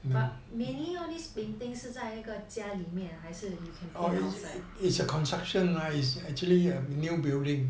but mainly all these paintings 是在一个家里面还是 you can paint outside